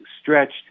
stretched